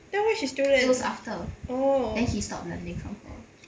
then why she still lend oh